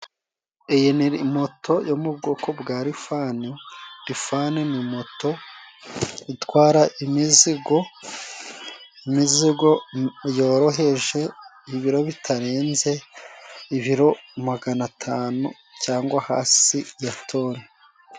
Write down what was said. Iyine moto yo mu bwoko bwa rifani, rifane ni moto itwara imizigo imizigo yoroheje ibiro bitarenze ibiro magana, atanu cyangwa hasi ya toni.